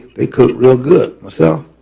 they cooked real good, so